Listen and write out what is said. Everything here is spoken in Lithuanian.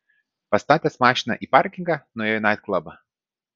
pastatęs mašiną į parkingą nuėjo naitklabą